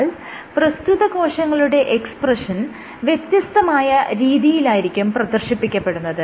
എന്നാൽ പ്രസ്തുത കോശങ്ങളുടെ എക്സ്പ്രെഷൻ വ്യത്യസ്തമായ രീതിയിലായിരിക്കും പ്രദർശിപ്പിക്കപ്പെടുന്നത്